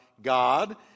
God